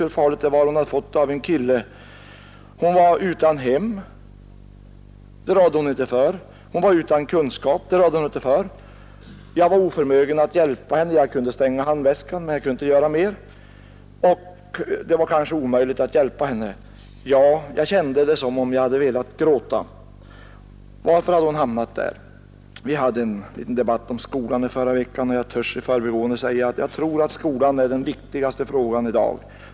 Hon hade fått tabletterna av ”en kille” som hon sade. Hon var utan hem — det rådde hon inte för. Hon var utan kunskap — det rådde hon inte för. Jag var oförmögen att hjälpa henne; jag kunde stänga handväskan men jag kunde inte göra mer. Och det var kanske omöjligt att hjälpa henne. Ja, jag kände det som om jag hade velat gråta. Varför hade hon hamnat där? Vi hade en liten debatt om skolan i förra veckan, och jag törs i förbigående säga att jag tror att skolan är den viktigaste frågan i dag.